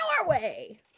Norway